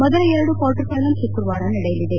ಮೊದಲ ಎರಡು quarter final ಶುಕ್ರವಾರ ನಡೆಯಲಿದೆ